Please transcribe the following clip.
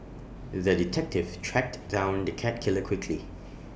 the detective tracked down the cat killer quickly